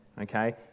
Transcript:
okay